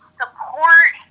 support